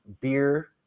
beer